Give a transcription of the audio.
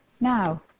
Now